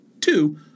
Two